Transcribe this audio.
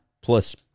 plus